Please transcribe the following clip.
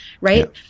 Right